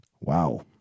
Wow